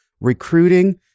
recruiting